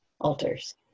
altars